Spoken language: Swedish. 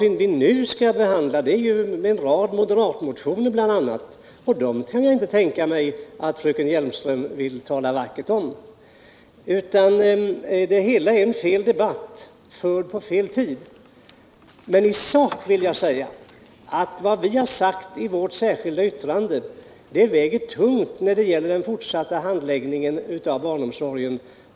Vad vi nu skall behandla är ju bl.a. en rad moderatmotioner, och dem kan jag inte tänka mig att fröken Hjelmström vill tala vackert om. Nej, det är fel debatt vid fel tidpunkt. Med tanke på sakfrågan vill jag emellertid säga att vad vi framhållit i vårt särskilda yttrande väger tungt när det gäller den fortsatta handläggningen av barnomsorgen.